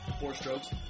Four-strokes